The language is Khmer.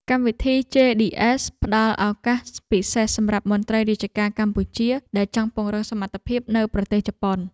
កម្មវិធីជេឌីអេស (JDS) ផ្តល់ឱកាសពិសេសសម្រាប់មន្ត្រីរាជការកម្ពុជាដែលចង់ពង្រឹងសមត្ថភាពនៅប្រទេសជប៉ុន។